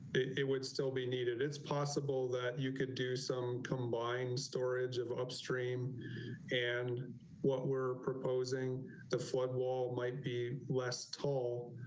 it would still be needed. it's possible that you could do some combined storage of upstream and what we're proposing the floodwall might be less tall,